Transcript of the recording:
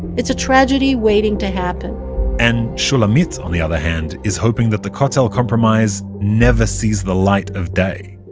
it's a tragedy waiting to happen and shulamit, on the other hand, is hoping that the kotel compromise never sees the light of day.